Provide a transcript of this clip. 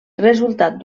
resultat